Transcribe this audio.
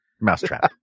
Mousetrap